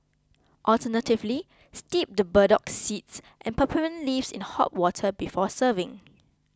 alternatively steep the burdock seeds and peppermint leaves in hot water before serving